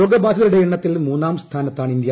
രോഗ ബാധിതരുടെ എണ്ണത്തിൽ മൂന്നാം സ്ഥാനത്താണ് ഇന്ത്യ